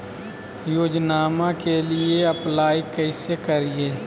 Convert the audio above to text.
योजनामा के लिए अप्लाई कैसे करिए?